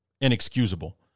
inexcusable